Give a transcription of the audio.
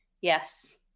Yes